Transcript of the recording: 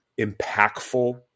impactful